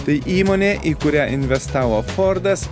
tai įmonė į kurią investavo fordas